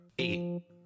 eight